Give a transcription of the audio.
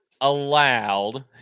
allowed